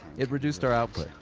it reduced our output.